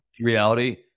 reality